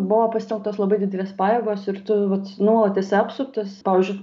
buvo pasitelktos labai didelės pajėgos ir tu vat nuolat esi apsuptas pavyzdžiui